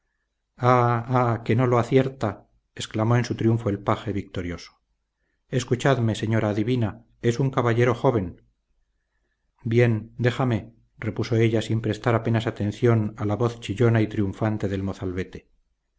que no lo acierta exclamó en su triunfo el paje victorioso escuchadme señora adivina es un caballero joven bien déjame repuso ella sin prestar apenas atención a la voz chillona y triunfante del mozalbete